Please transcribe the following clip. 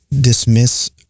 dismiss